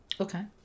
Okay